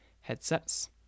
headsets